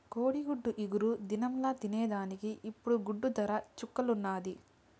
కోడిగుడ్డు ఇగురు దినంల తినేదానికి ఇప్పుడు గుడ్డు దర చుక్కల్లున్నాది